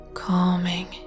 Calming